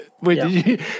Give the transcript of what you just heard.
Wait